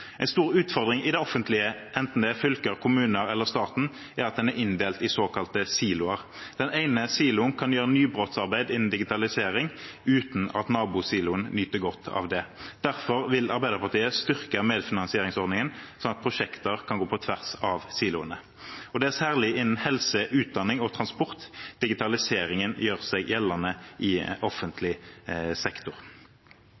En stor utfordring i det offentlige, enten det er i fylke, kommune eller stat, er at en er inndelt i såkalte siloer. Den ene siloen kan gjøre nybrottsarbeid innen digitalisering uten at nabosiloen nyter godt av det. Derfor vil Arbeiderpartiet styrke medfinansieringsordningen slik at prosjekter kan gå på tvers av siloene. Det er særlig innen helse, utdanning og transport digitaliseringen gjør seg gjeldende i